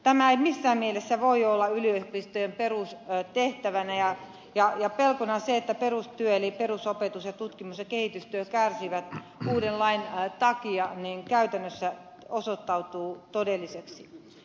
tämä ei missään mielessä voi olla yliopistojen perustehtävänä ja pelko siitä että perustyö eli perusopetus sekä tutkimus ja kehitystyö kärsivät uuden lain takia on osoittautunut käytännössä todelliseksi